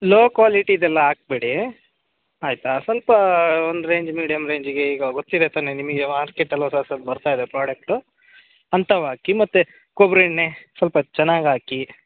low ಕ್ವಾಲಿಟಿದೆಲ್ಲ ಹಾಕ್ಬೇಡಿ ಆಯಿತಾ ಸ್ವಲ್ಪ ಒಂದು ರೇಂಜ್ ಮೀಡಿಯಮ್ ರೇಂಜಿಗೆ ಈಗ ಗೊತ್ತಿದೆ ತಾನೇ ನಿಮಗೆ ಮಾರ್ಕೆಟಲ್ಲಿ ಹೊಸ ಹೊಸದು ಬರ್ತಾ ಇದೆ ಪ್ರಾಡಕ್ಟು ಅಂಥವು ಹಾಕಿ ಮತ್ತು ಕೊಬ್ಬರಿ ಎಣ್ಣೆ ಸ್ವಲ್ಪ ಚೆನ್ನಾಗಿ ಹಾಕಿ